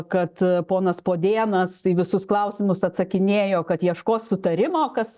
kad ponas podėnas į visus klausimus atsakinėjo kad ieškos sutarimo kas